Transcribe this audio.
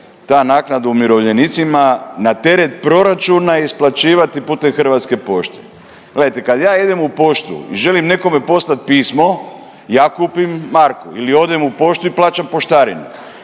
ta naknada umirovljenicima na teret proračuna isplaćivati putem Hrvatske pošte. Gledajte, kad ja idem u poštu i želim nekome poslati pismo, ja kupim marku ili odem u poštu i plaćam poštarinu.